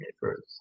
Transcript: first